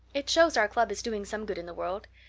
it shows our club is doing some good in the world.